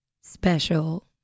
special